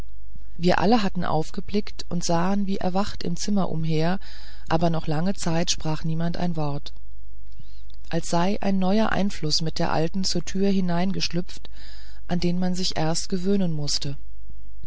wir alle hatten aufgeblickt und sahen wie erwacht im zimmer umher aber noch lange zeit sprach niemand ein wort als sei ein neuer einfluß mit der alten zur tür hereingeschlüpft an den man sich erst gewöhnen mußte